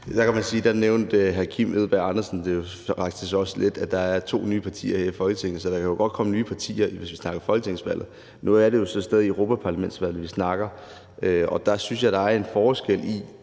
Der kan man sige, at hr. Kim Edberg Andersen også lidt nævnte, at der er to nye partier her i Folketinget, så der kan jo godt komme nye partier ind ved et folketingsvalg. Nu er det jo så europaparlamentsvalget, vi snakker om, og der synes jeg, at der er en forskel på